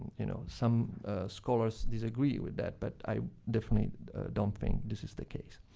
you know, some scholars disagree with that, but i definitely don't think this is the case.